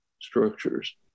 structures